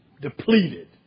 depleted